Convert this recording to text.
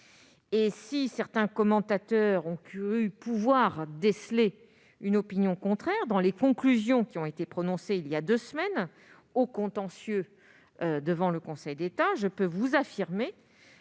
; si certains commentateurs ont cru déceler des opinions contraires dans les conclusions prononcées voilà deux semaines au contentieux, devant le Conseil d'État, je peux vous affirmer